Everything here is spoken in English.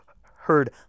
heard